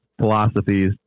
philosophies